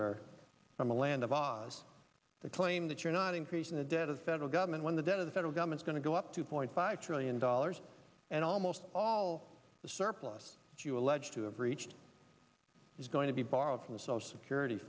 or from the land of oz the claim that you're not increasing the debt of federal government when the debt of the federal government's going to go up two point five trillion dollars and almost all the surplus that you allege to have reached is going to be borrowed from the social security